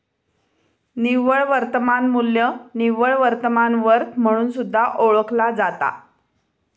निव्वळ वर्तमान मू्ल्य निव्वळ वर्तमान वर्थ म्हणून सुद्धा ओळखला जाता